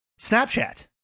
Snapchat